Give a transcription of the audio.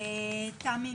תמי,